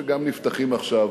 שגם נפתחים עכשיו